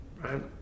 Right